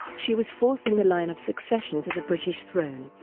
she was fourth in the line of succession to the british throne.